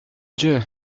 dieu